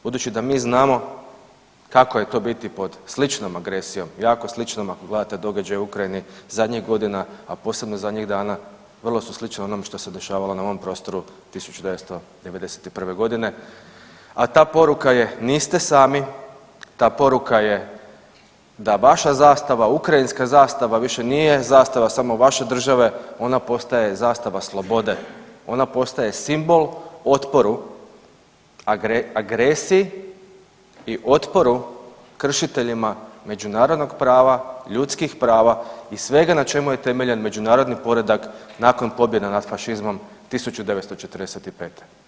Budući da mi znamo kako je to biti pod sličnom agresijom, jako sličnom ako gledajte događaje u Ukrajini zadnjih godina, a posebno zadnjih dana, vrlo su slične onome što se dešavalo na ovom prostoru 1991.g., a ta poruka je, niste sami, ta poruka je da vaša zastava, ukrajinska zastava više nije zastava samo vaše države, ona postaje zastava slobode, ona postaje simbol otporu agresiji i otporu kršiteljima međunarodnog prava, ljudskih prava i svega na čemu je temeljen međunarodni poredak nakon pobjede nad fašizmom 1945.